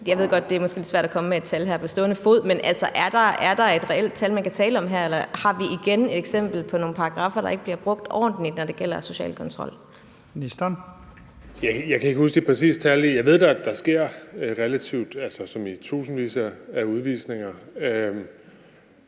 Jeg ved godt, det måske er lidt svært at komme med et tal her på stående fod, men er der et reelt tal, man kan tale om her, eller har vi igen eksemplet på nogle paragraffer, der ikke bliver brugt ordentligt, når det gælder social kontrol? Kl. 13:50 Første næstformand (Leif Lahn Jensen): Ministeren. Kl. 13:50 Udlændinge-